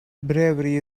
bravery